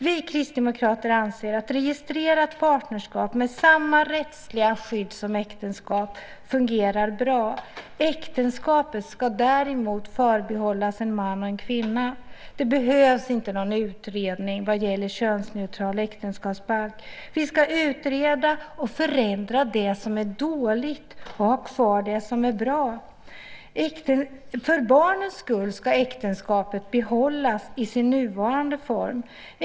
Vi kristdemokrater anser att registrerat partnerskap med samma rättsliga skydd som äktenskap fungerar bra. Äktenskapet ska däremot förbehållas man och kvinna. Det behövs inte någon utredning vad gäller könsneutral äktenskapsbalk. Vi ska utreda och förändra det som är dåligt och ha kvar det som är bra. För barnens skull ska äktenskapet behållas i sin nuvarande form.